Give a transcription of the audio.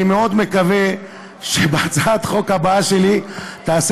אני מאוד מקווה שבהצעת החוק הבאה שלי תעשה